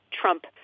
Trump